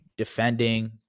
Defending